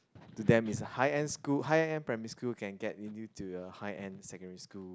to them is a high end school high end primary school can get you you into a high end secondary school